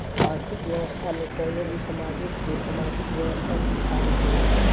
आर्थिक व्यवस्था में कवनो भी समाज के सामाजिक व्यवस्था के काम होला